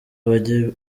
bajya